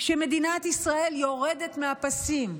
שמדינת ישראל יורדת מהפסים.